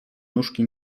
nóżki